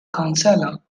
counselor